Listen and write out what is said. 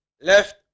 left